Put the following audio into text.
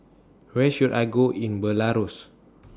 Where should I Go in Belarus